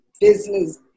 business